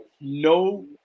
no